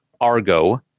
Argo